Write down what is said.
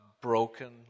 broken